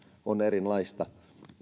on erilaista